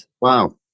Wow